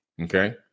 okay